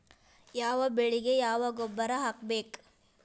ಯಾವ ಬೆಳಿಗೆ ಯಾವ ಗೊಬ್ಬರ ಹಾಕ್ಬೇಕ್?